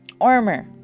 armor